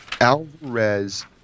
Alvarez